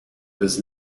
does